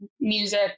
music